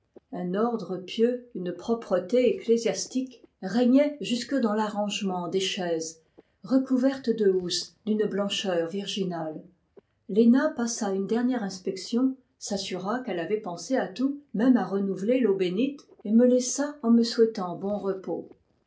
un ordre pieux une propreté ecclésiastique régnaient jusque dans l'arrangement des chaises recouvertes de housses d'une blancheur virginale léna passa une dernière inspection s'assura qu'elle avait pensé à tout même à renouveler l'eau bénite et me laissa en me souhaitant bon repos